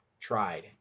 tried